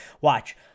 watch